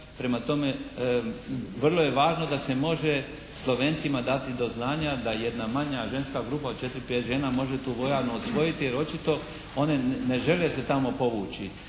Prema tome, vrlo je važno da se može Slovencima dati do znanja da jedna manja ženska grupa od četiri, pet žena može tu vojarnu osvojiti jer očito one ne žele se tamo povući.